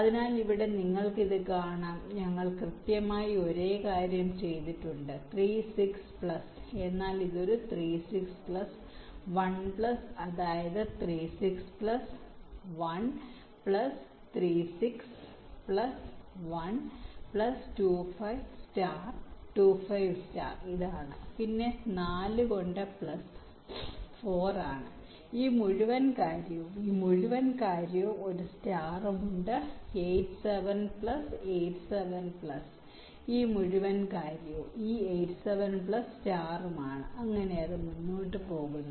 അതിനാൽ ഇവിടെ നിങ്ങൾക്കും ഇത് കാണാം ഞങ്ങൾ കൃത്യമായി ഒരേ കാര്യം ചെയ്തിട്ടുണ്ട് 3 6 പ്ലസ് എന്നാൽ ഇത് ഒരു 3 6 പ്ലസ് 1 പ്ലസ് അതായത് 3 6 plus 1 plus 3 6 plus 1 plus 2 5 star 2 5 star ഇതാണ് പിന്നെ 4 കൊണ്ട് പ്ലസ് 4 ആണ് ഈ മുഴുവൻ കാര്യവും ഈ മുഴുവൻ കാര്യവും ഒരു സ്റ്റാറും ഉണ്ട് 8 7 പ്ലസ് 8 7 പ്ലസ് ഈ മുഴുവൻ കാര്യവും ഈ 8 7 പ്ലസ് സ്റ്റാറുമാണ് അങ്ങനെ അത് മുന്നോട്ട് പോകുന്നു